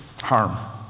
Harm